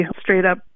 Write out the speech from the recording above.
straight-up